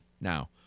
Now